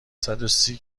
صدوسی